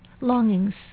longings